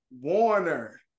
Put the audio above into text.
Warner